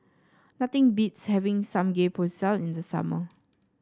nothing beats having Samgeyopsal in the summer